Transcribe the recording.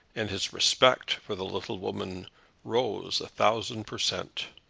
and his respect for the little woman rose a thousand per cent.